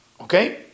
okay